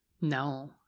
No